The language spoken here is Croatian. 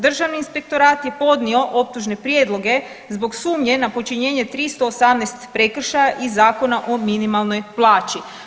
Državni inspektorat je podnio optužne prijedloge zbog sumnje na počinjenje 318 prekršaja iz Zakona o minimalnoj plaći.